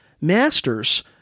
masters